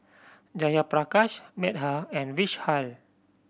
Jayaprakash Medha and Vishal